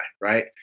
right